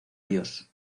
dios